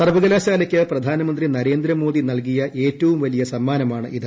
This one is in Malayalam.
സർവകലാശാലയ്ക്ക് പ്രധാനമന്ത്രി നരേന്ദ്രമോദി നൽകിയ ഏറ്റവും വലിയ സമ്മാനമാണിത്